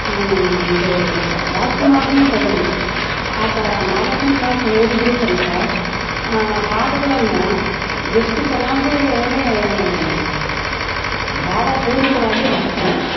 ಇದು ರಾಜಕುಮಾರನ್ನೇ ತಗೊಳ್ಳಿ ಆತ ನಾಲ್ಕನೇ ಕ್ಲಾಸ್ ಓದಿದರು ಸಹಿತ ಹಾಡುಗಳನ್ನು ಎಷ್ಟು ಚೆನ್ನಾಗಿಯೇ ಭಾವಪೂರಿತವಾಗಿ ಹಾಡ್ತಾಯಿದ್ರು